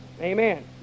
Amen